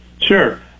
Sure